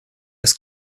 das